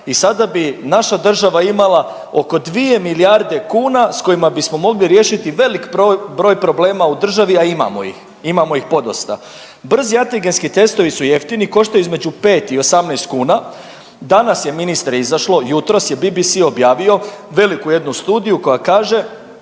i sada bi naša država imala oko 2 milijarde kuna s kojima bismo mogli riješiti velik broj problema u državi, a imamo ih, imamo ih podosta. Brzi antigenski testovi su jeftini koštaju između 5 i 18 kuna, danas je ministre izašlo, jutros je BBC objavio veliku jednu studiju koja kaže